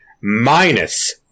minus